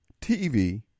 TV